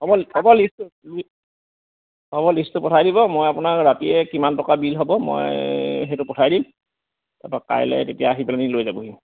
হ'ব হ'ব লিষ্টটো হ'ব লিষ্টটো পঠাই দিব মই আপোনাক ৰাতিয়ে কিমান টকা বিল হ'ব মই সেইটো পঠাই দিম তাৰপৰা কাইলৈ তেতিয়া আহি পেলাই নি লৈ যাবহি